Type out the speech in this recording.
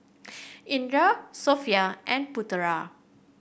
Indra Sofea and Putera